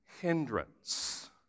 hindrance